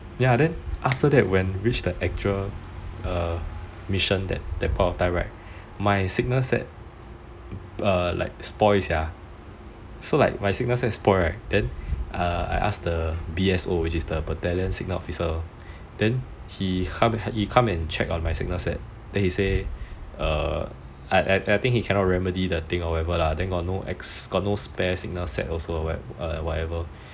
then after that when reach the actual mission that point of time right my signal set like spoil sia then I ask the B_S_O which is the battalion signal officer then he come and check on my signal set then he say I think he cannot remember the thing or whatever lah then got no spare signal set also